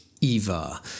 Eva